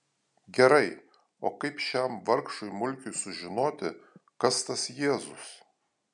gerai o kaip šiam vargšui mulkiui sužinoti kas tas jėzus